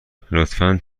لطفا